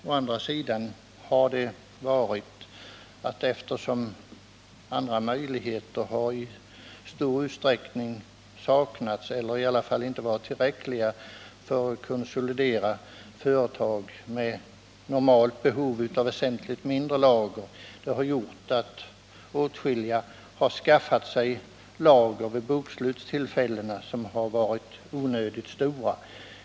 Å andra sidan har lagernedskrivningen utgjort en möjlighet för företag med normalt behov av väsentligt mindre lager att konsolidera sig, då andra möjligheter i stor utsträckning har saknats eller inte varit tillräckliga. Det har gjort att åtskilliga till bokslutstillfällena skaffat sig lager som varit onödigt stora.